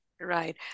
Right